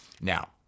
now